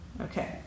okay